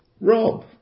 Rob